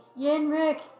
Yenrik